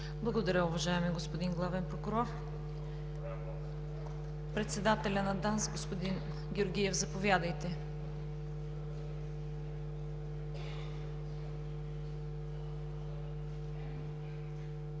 Благодаря, уважаеми господин Главен прокурор. Председателят на ДАНС, господин Георгиев, заповядайте.